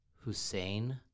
Hussein